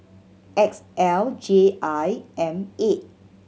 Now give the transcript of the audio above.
X L J I M eight